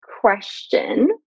question